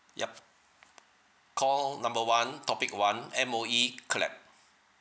yup call number one topic one M_O_E clap